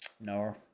No